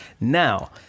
now